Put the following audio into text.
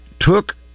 took